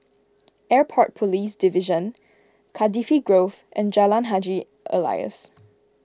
Airport Police Division Cardifi Grove and Jalan Haji Alias